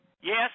yes